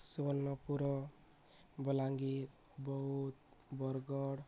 Subarnapur Balangir Boudh Bargarh